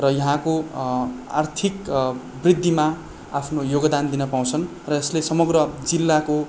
र यहाँको आर्थिक वृद्धिमा आफ्नो योगदान दिन पाउँछन् र यसले समग्र जिल्लाको